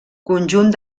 conjunt